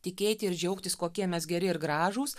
tikėti ir džiaugtis kokie mes geri ir gražūs